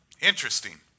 interesting